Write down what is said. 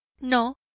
No